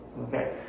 Okay